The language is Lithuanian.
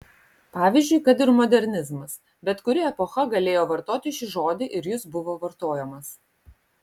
pavyzdžiui kad ir modernizmas bet kuri epocha galėjo vartoti šį žodį ir jis buvo vartojamas